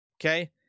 Okay